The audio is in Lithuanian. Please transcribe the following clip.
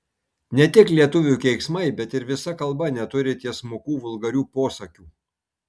ne tik lietuvių keiksmai bet ir visa kalba neturi tiesmukų vulgarių posakių